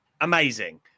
amazing